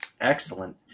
Excellent